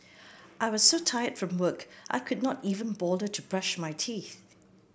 I was so tired from work I could not even bother to brush my teeth